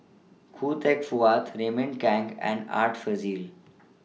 Khoo Teck Puat Raymond Kang and Art Fazil